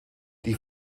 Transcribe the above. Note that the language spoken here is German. die